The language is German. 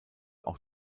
auch